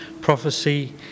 prophecy